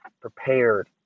prepared